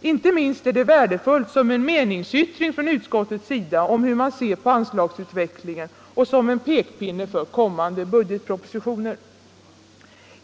Inte minst är det värdefullt som en meningsyttring från utskottets sida om hur man ser på anslagsutvecklingen och som en pekpinne för kommande budgetpropositioner.